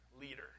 leader